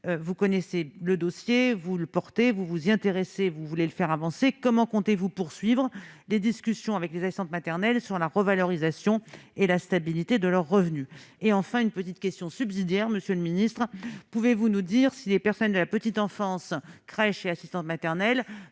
vous connaissez le dossier, vous le portez, vous vous y intéressez vous voulez le faire avancer, comment comptez-vous poursuivre les discussions avec les assistantes maternelles sur la revalorisation et la stabilité de leurs revenus, et enfin une petite question subsidiaire, monsieur le ministre, pouvez-vous nous dire si les personnes de la petite enfance, crèches et assistantes maternelles